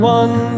one